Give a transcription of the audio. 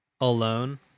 alone